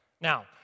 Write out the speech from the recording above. Now